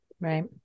right